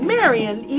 Marion